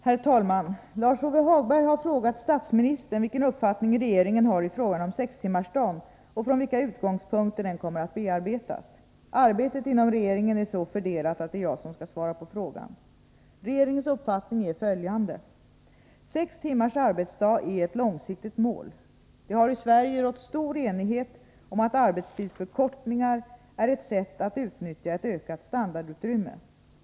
Herr talman! Lars-Ove Hagberg har frågat statsministern vilken uppfattning regeringen har i frågan om sextimmarsdagen och från vilka utgångspunkter den kommer att bearbetas. Arbetet inom regeringen är så fördelat att det är jag som skall svara på frågan. Regeringens uppfattning är följande. Sex timmars arbetsdag är ett långsiktigt mål. Det har i Sverige rått stor enighet om att arbetstidsförkortningar är ett sätt att utnyttja ett ökat standardutrymme.